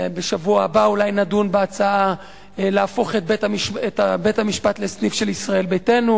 בשבוע הבא אולי נדון בהצעה להפוך את בית-המשפט לסניף של ישראל ביתנו,